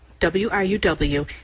WRUW